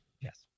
Yes